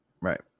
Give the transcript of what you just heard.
Right